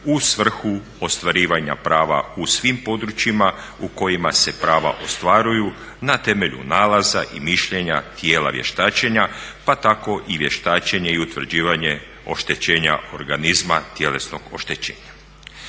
u svrhu ostvarivanja prava u svim područjima u kojima se prava ostvaruju na temelju nalaza i mišljenja tijela vještačenja, pa tako i vještačenje i utvrđivanje oštećenja organizma tjelesnog oštećenja.